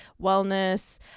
wellness